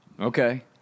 Okay